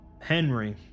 Henry